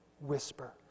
whisper